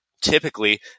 typically